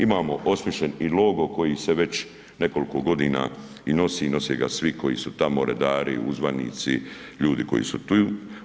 Imamo osmišljen i logo koji se već nekoliko godina i nosi i nose ga svi koji su tamo redari, uzvanici, ljudi koji su tu.